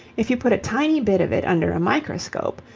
if you put a tiny bit of it under a microscope,